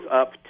up